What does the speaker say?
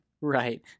Right